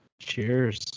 Cheers